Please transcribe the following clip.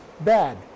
bad